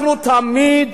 אנחנו תמיד